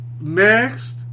Next